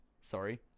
sorry